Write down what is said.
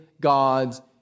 God's